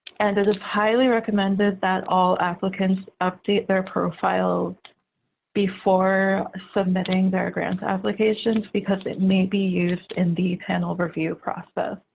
and it is highly recommended that all applicants update their profile before submitting their grant applications because it may be used in the panel review process.